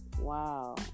Wow